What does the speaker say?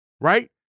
right